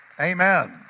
Amen